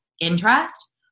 interest